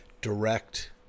direct